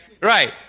Right